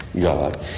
God